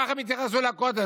כך הם התייחסו לכותל.